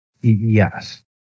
Yes